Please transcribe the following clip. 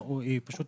בשוויון?